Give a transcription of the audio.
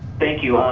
thank you.